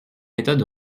méthodes